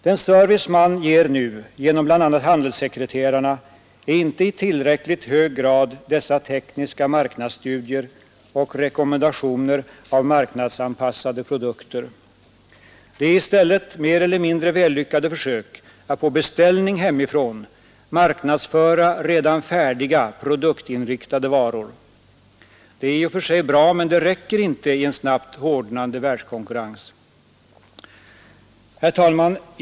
Den service man ger nu genom bl.a. handelssekreterarna omfattar inte i tillräckligt hög grad dessa tekniska marknadsstudier och rekommendationer av marknadsanpassade produkter. Det är i stället mer eller mindre vällyckade försök att på beställning hemifrån marknadsföra redan färdiga, produktinriktade varor. Detta är i och för sig bra, men det räcker inte i en snabbt hårdnande världskonkurrens. Herr talman!